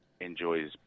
enjoys